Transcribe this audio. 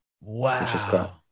Wow